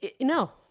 no